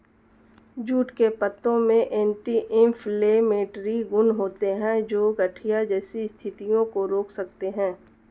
jute के पत्तों में एंटी इंफ्लेमेटरी गुण होते हैं, जो गठिया जैसी स्थितियों को रोक सकते हैं